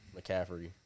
McCaffrey